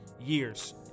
years